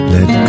Let